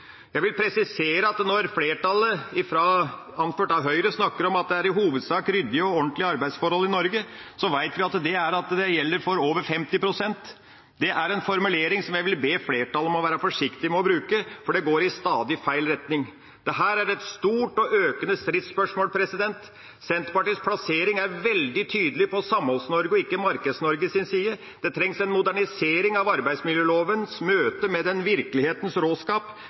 Jeg vil presisere at når flertallet anført av Høyre snakker om at det i hovedsak er ryddige og ordentlige arbeidsforhold i Norge, vet vi at det gjelder for over 50 pst. Det er en formulering som jeg vil be flertallet om å være forsiktig med å bruke, for det går i stadig feil retning. Dette er et stort og økende stridsspørsmål. Senterpartiets plassering er veldig tydelig på Samholds-Norges, ikke Markeds-Norges, side. Det trengs en modernisering av arbeidsmiljølovens møte med virkelighetens råskap: